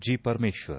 G Parameshwara